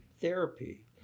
therapy